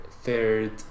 third